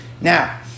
Now